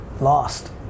lost